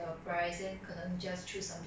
that's why 要做工赚钱